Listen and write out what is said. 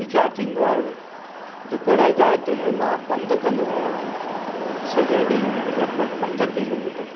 वीचारु थींदो आहे डुकण जी जाइ ते मां पंधु कंदो आहियां सॼे ॾींहं मे लॻभॻि पंज किलोमीटर